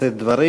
לשאת דברים.